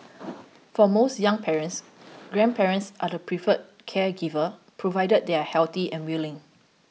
for most young parents grandparents are the preferred caregivers provided they are healthy and willing